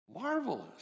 Marvelous